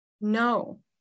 No